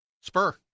spur